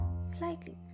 slightly